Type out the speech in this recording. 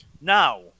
Now